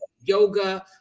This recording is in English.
yoga